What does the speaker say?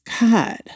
God